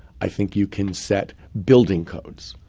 i think you can set building codes,